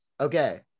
Okay